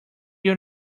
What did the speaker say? your